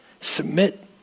Submit